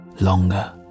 longer